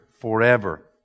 forever